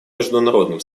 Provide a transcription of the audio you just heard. международным